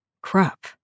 Crap